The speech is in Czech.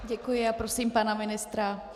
Děkuji a prosím pana ministra.